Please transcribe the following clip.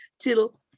till